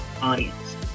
audience